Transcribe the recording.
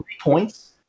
points